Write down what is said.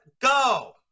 go